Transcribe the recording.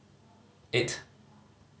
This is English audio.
eight